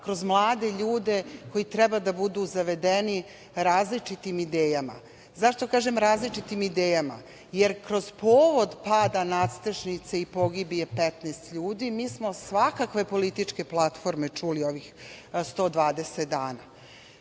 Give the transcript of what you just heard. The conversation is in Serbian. kroz mlade ljude koji treba da budu zavedeni različitim idejama. Zašto kažem različitim idejama? Jer kroz povod pada nastrešnice i pogibije 15 ljudi, mi smo svakakve političke platforme čuli ovih 120 dana.